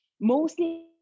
mostly